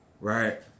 Right